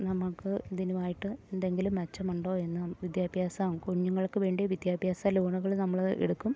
നമുക്ക് ഇതിനുമായിട്ട് എന്തെങ്കിലും മെച്ചമുണ്ടോ എന്നു വിദ്യാഭ്യാസം കുഞ്ഞുങ്ങൾക്കു വേണ്ടി വിദ്യാഭ്യാസ ലോണുകൾ നമ്മൾ എടുക്കും